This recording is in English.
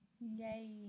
Yay